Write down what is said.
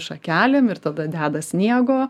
šakelėm ir tada deda sniego